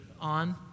on